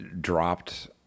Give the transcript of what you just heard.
dropped